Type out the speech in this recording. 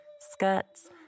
skirts